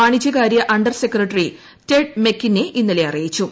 വാണിജ്യകാര്യ under secretary Ted മെക്കീന്നെ ്ഇന്നലെ അറിയിച്ചു